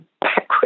backwards